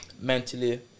mentally